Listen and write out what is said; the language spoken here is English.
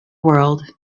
world